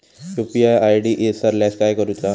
UPI ID इसरल्यास काय करुचा?